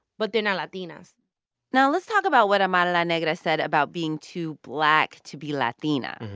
but they're not latinas now, let's talk about what amara la negra said about being too black to be latina.